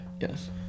Yes